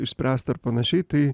išspręst ar panašiai tai